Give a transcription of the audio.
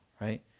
right